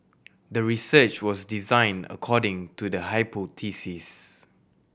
the research was designed according to the hypothesis